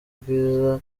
bwiza